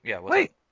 Wait